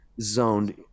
zoned